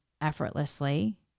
effortlessly